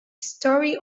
story